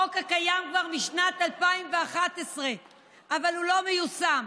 החוק הקיים כבר משנת 2011 אבל לא מיושם.